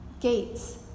gates